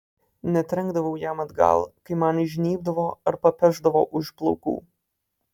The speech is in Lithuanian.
netrenkdavau jam atgal kai man įžnybdavo ar papešdavo už plaukų